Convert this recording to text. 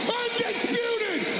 undisputed